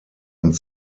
und